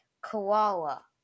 Koala